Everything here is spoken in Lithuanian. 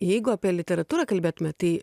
jeigu apie literatūrą kalbėtume tai